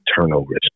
turnovers